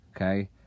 okay